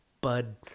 Bud